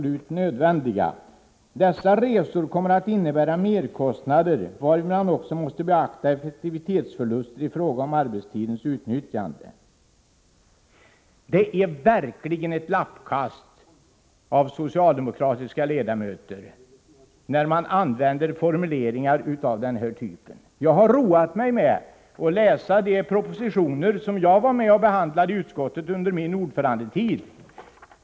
Dessa resor kommer att innebära merkostnader, varvid man också måste beakta effektivitetsförluster i fråga om arbetstidens utnyttjande.” Det är verkligen ett lappkast av socialdemokratiska ledamöter när man använder formuleringar av den här typen. Jag har roat mig med att läsa de propositioner som jag var med och behandlade i utskottet under min ordförandetid.